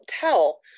tell